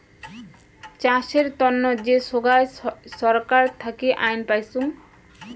চাষের তন্ন যে সোগায় ছরকার থাকি আইন পাইচুঙ